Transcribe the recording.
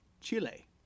Chile